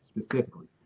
specifically